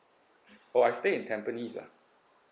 oh I stay in tampines lah